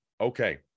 okay